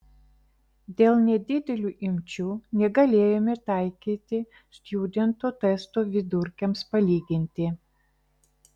dėl nedidelių imčių negalėjome taikyti stjudento testo vidurkiams palyginti